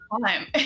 time